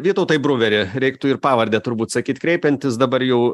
vytautai bruveri reiktų ir pavardę turbūt sakyt kreipiantis dabar jau